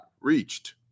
reached